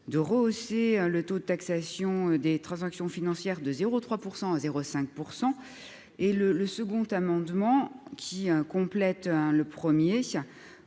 de rehausser le taux de taxation des transactions financières de 0 3 % à 0 5 % et le le second amendement qui complète le premier